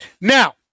now